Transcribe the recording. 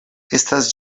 estas